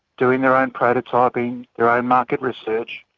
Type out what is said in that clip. doing their own prototyping, their own market research,